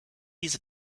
diese